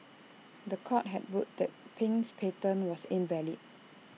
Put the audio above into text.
The Court had ruled that Pin's patent was invalid